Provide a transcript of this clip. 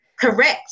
Correct